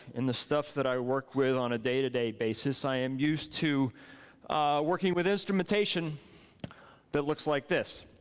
in the stuff that i work with on a day to day basis, i am used to working with instrumentation that looks like this.